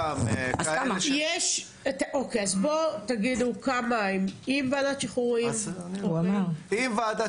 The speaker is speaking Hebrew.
בואו תגידו כמה הם עם ועדת שחרורים.